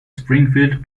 springfield